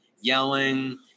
yelling